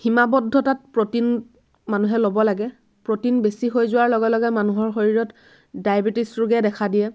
সীমাৱদ্ধতাত protein মানুহে ল'ব লাগে প্ৰটিন বেছি হৈ যোৱাৰ লগে লগে মানুহৰ শৰীৰত ডায়বেটিছ ৰোগে দেখা দিয়ে